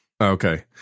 okay